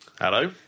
Hello